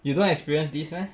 you don't experience this meh